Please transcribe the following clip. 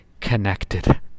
connected